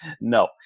No